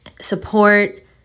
support